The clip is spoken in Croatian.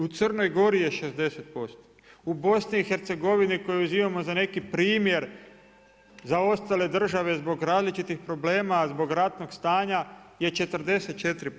U Crnoj Gori je 60%, u BiH koju uzimamo za neki primjer zaostale države zbog različitih problema, zbog ratnog stanja je 44%